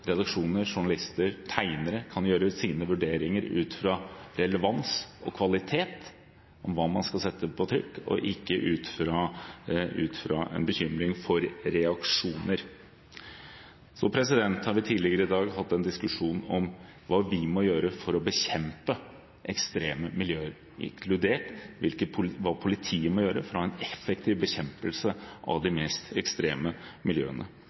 redaksjoner, journalister og tegnere kan gjøre sine vurderinger ut fra relevans og kvalitet når det gjelder hva man skal sette på trykk, og ikke, ut fra en bekymring for reaksjoner. Så har vi tidligere i dag hatt en diskusjon om hva vi må gjøre for å bekjempe ekstreme miljøer, inkludert hva politiet må gjøre for å ha en effektiv bekjempelse av de mest ekstreme miljøene.